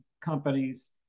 companies